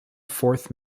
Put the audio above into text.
fourth